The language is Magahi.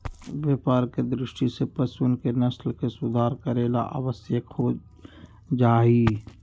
व्यापार के दृष्टि से पशुअन के नस्ल के सुधार करे ला आवश्यक हो जाहई